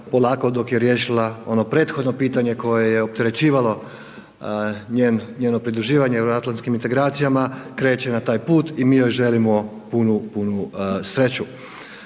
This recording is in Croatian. polako dok je riješila ono prethodno pitanje koje je opterećivalo njeno pridruživanje euroatlantskim integracijama, kreće na taj put i mi joj želimo punu sreću.